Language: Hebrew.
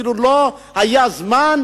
אפילו לא היה זמן,